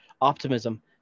optimism